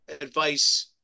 advice